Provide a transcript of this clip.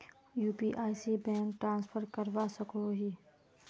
UPI से bank transfer करवा सकोहो ही?